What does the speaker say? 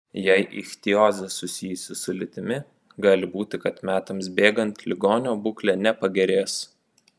jei ichtiozė susijusi su lytimi gali būti kad metams bėgant ligonio būklė nepagerės